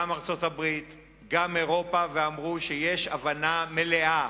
גם ארצות-הברית וגם אירופה, ואמרו שיש הבנה מלאה